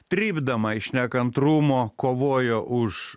trypdama iš nekantrumo kovojo už